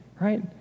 Right